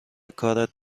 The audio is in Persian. کارت